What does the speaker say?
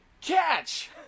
catch